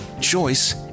choice